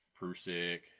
Prusik